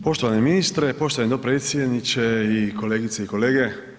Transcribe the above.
Poštovani ministre, poštovani dopredsjedniče i kolegice i kolege.